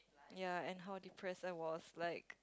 ya and how depressed I was like